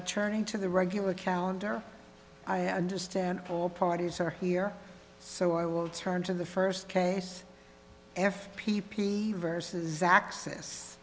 turning to the regular calendar i understand all parties are here so i will turn to the first case f p p versus access